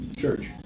church